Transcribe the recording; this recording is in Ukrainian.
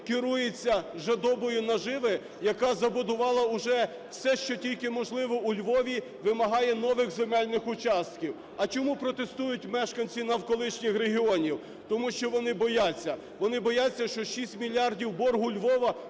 керується жадобою наживи, яка забудувала уже все, що тільки можливо, у Львові, вимагає нових земельних участків. А чому протестують мешканці навколишніх регіонів? Тому що вони бояться. Вони бояться, що 6 мільярдів боргу Львова